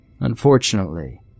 Unfortunately